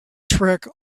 trick